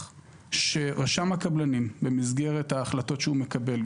שרשם הקבלנים במסגרת ההחלטות שהוא מקבל,